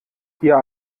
hier